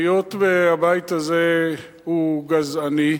היות שהבית הזה הוא גזעני,